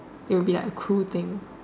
it would be like a cool thing